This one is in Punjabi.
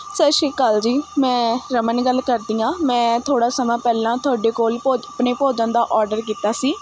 ਸਤਿ ਸ਼੍ਰੀ ਅਕਾਲ ਜੀ ਮੈਂ ਰਮਨ ਗੱਲ ਕਰਦੀ ਹਾਂ ਮੈਂ ਥੋੜ੍ਹਾ ਸਮਾਂ ਪਹਿਲਾਂ ਤੁਹਾਡੇ ਕੋਲ ਭੋ ਆਪਣੇ ਭੋਜਨ ਦਾ ਔਡਰ ਕੀਤਾ ਸੀ